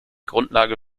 grundlage